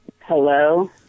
Hello